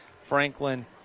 Franklin